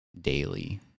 daily